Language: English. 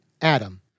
Adam